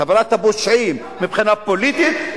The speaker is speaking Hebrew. חבורת הפושעים מבחינה פוליטית,